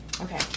okay